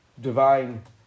divine